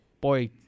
boy